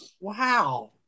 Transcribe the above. Wow